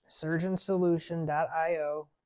SurgeonSolution.io